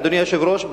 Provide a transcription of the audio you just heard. אדוני היושב-ראש,